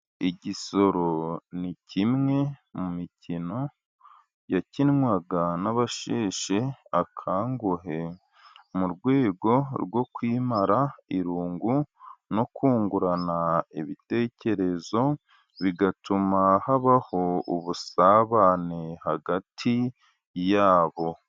Igisoro ni kimwe mu mikino yakinwaga n'abasheshe akanguhe, mu rwego rwo kumara irungu no kungurana ibitekerezo, bigatuma habaho ubusabane hagati yabo.